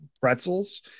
pretzels